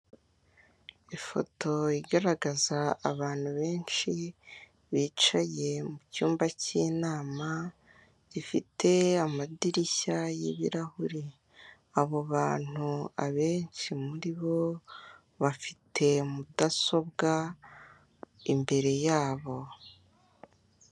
Ifoto igaragaza abantu benshi bicaye mu cyumba cy'inama gifite amadirishya y'ibirahuri, abo bantu abenshi muri bo bafite mudasobwa imbere yabo.